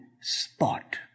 spot